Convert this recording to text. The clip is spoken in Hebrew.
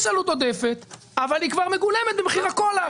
יש עלות עודפת אבל היא כבר מגולמת במחיר הקולה,